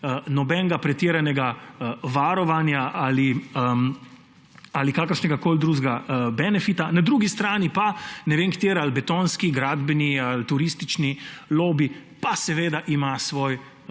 nobenega pretiranega varovanja ali kakršnegakoli drugega benefita. Na drugi strani pa ne vem kateri, ali betonski, gradbeni ali turistični lobi pa ima svojo